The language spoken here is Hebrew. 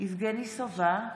יבגני סובה,